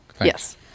Yes